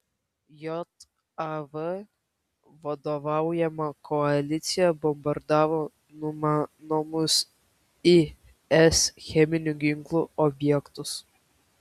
jav vadovaujama koalicija bombardavo numanomus is cheminių ginklų objektus